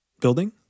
building